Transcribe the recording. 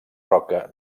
roca